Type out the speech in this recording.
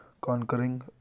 conquering